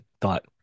thought